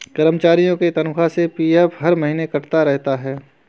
कर्मचारियों के तनख्वाह से पी.एफ हर महीने कटता रहता है